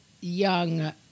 young